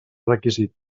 requisit